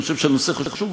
אני חושב שהנושא חשוב,